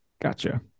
Gotcha